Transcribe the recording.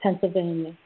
Pennsylvania